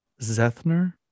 Zethner